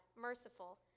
merciful